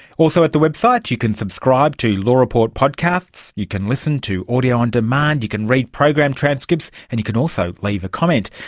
also at the website you can subscribe to law report podcasts, you can listen to audio on demand, you can read program transcripts, and you can also leave a comment.